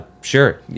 Sure